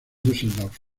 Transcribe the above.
düsseldorf